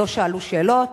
הם לא שאלו שאלות.